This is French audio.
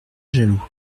jaloux